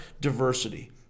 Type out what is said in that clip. diversity